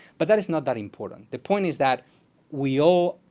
but that is not that important. the point is that we all,